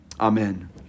amen